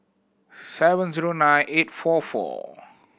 seven zero nine eight four four